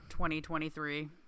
2023